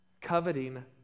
Coveting